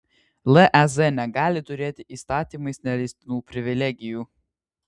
lez negali turėti įstatymais neleistinų privilegijų